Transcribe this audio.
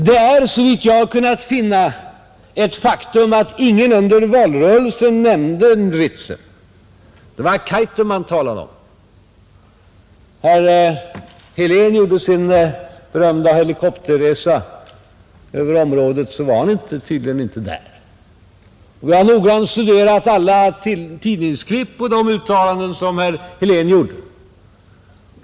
Det är såvitt jag har kunnat finna ett faktum att ingen under valrörelsen nämnde Ritsem, Det var Kaitum man talade om. När herr Helén gjorde sin berömda helikopterresa över området var han tydligen inte där, Jag har noga studerat alla tidningsklipp om de uttalanden som herr Helén gjorde.